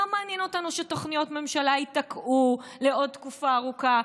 לא מעניין אותנו שתוכניות ממשלה ייתקעו לעוד תקופה ארוכה,